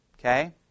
Okay